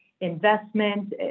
Investment